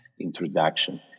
introduction